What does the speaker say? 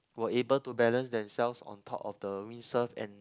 were able to balance themselves on top of the windsurf and